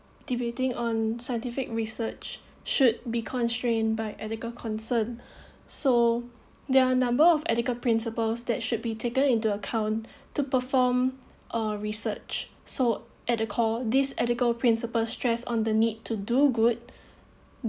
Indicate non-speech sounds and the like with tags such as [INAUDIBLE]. debating on scientific research should be constrained by ethical concern so there are number of ethical principles that should be taken into account to perform uh research so at a core this article principal stress on the need to do good [BREATH]